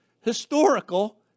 historical